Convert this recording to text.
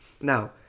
Now